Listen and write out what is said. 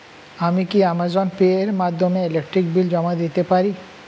আমি কি Amazon Pay এর মাধ্যমে ইলেকট্রিক বিল জমা দিতে পারি?